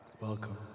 Welcome